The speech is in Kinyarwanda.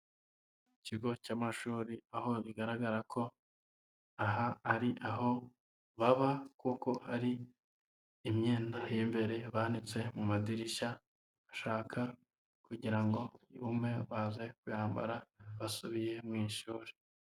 Ikigo cy'amashuri, aho bigaragara ko aha ari aho baba, kuko hari imyenda y'imbere banitse mu madirishya, bashaka kugira ngo yumve, baze kuyambara basubiye mu ishuri.